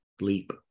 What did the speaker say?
leap